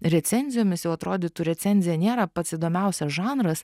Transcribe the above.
recenzijomis jau atrodytų recenzija nėra pats įdomiausias žanras